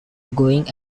going